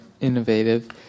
innovative